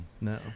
No